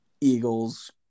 Eagles